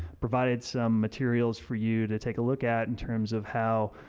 provided some materials for you to take a look at in terms of how,